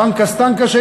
ונקה-סטנקה,.